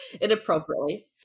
Inappropriately